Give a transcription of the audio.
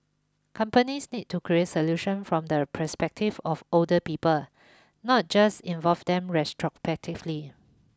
companies need to create solutions from the perspective of older people not just involve them retrospectively